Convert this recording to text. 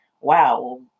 wow